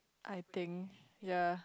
I think ya